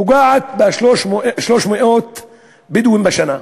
שפוגעת ב-300 בדואים בשנה,